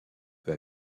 peu